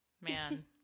Man